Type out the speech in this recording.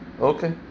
Okay